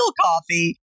coffee